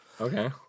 Okay